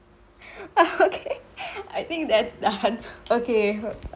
okay I think that's done okay